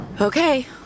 Okay